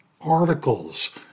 articles